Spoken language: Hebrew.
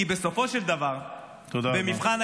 כי בסופו של דבר -- תודה רבה.